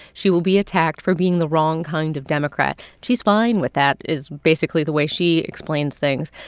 she will be attacked for being the wrong kind of democrat. she's fine with that is basically the way she explains things.